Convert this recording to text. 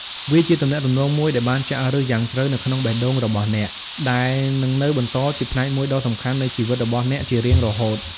វាជាទំនាក់ទំនងមួយដែលបានចាក់ឫសយ៉ាងជ្រៅនៅក្នុងបេះដូងរបស់អ្នក ដែលនឹងនៅបន្តជាផ្នែកមួយដ៏សំខាន់នៃជីវិតរបស់អ្នកជារៀងរហូត។